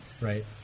Right